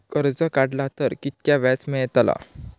कर्ज काडला तर कीतक्या व्याज मेळतला?